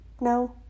No